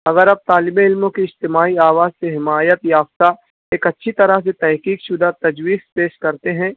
اگر آپ طالبِ علموں کی اجتماعی آواز سے حمایت یافتہ ایک اچھی طرح سے تحقیق شدہ تجویز پیش کرتے ہیں